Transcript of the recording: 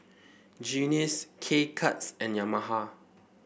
Guinness K Cuts and Yamaha